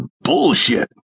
bullshit